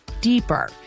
deeper